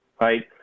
right